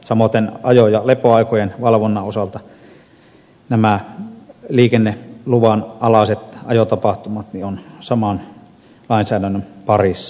samaten ajo ja lepoaikojen valvonnan osalta nämä liikenneluvan alaiset ajotapahtumat on saman lainsäädännön parissa